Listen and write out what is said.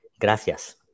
gracias